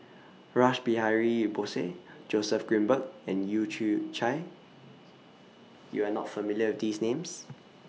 Rash Behari Bose Joseph Grimberg and Leu Yew Chye YOU Are not familiar with These Names